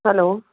hello